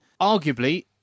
arguably